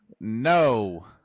no